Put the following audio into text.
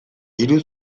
hiru